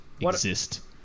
exist